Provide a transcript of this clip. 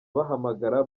bahamagara